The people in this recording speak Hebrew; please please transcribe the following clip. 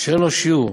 שאין לו שיעור,